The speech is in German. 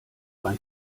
ein